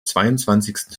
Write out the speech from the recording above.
zweiundzwanzigsten